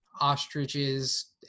ostriches